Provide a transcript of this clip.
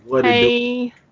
hey